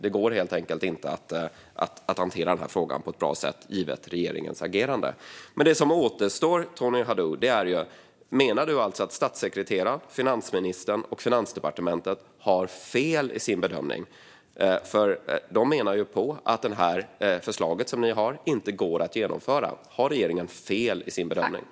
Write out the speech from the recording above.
Det går helt enkelt inte att hantera frågan på ett bra sätt, givet regeringens agerande. Men det som återstår, Tony Haddou, är frågan: Menar du alltså att statssekreteraren, finansministern och Finansdepartementet har fel i sin bedömning? De menar ju att det förslag som ni har inte går att genomföra. Har regeringen fel i sin bedömning?